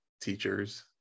teachers